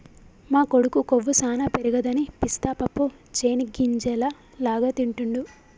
మా కొడుకు కొవ్వు సానా పెరగదని పిస్తా పప్పు చేనిగ్గింజల లాగా తింటిడు